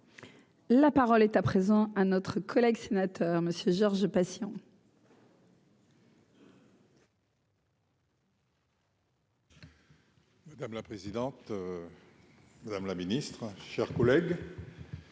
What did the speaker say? La parole est à présent un autre collègue sénateur Monsieur Georges Patient. Madame la présidente, madame la ministre, chers collègues,